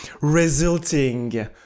resulting